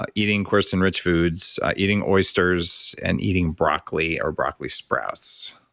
but eating quercetin-rich foods, eating oysters and eating broccoli or broccoli sprouts,